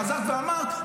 חזרת ואמרת,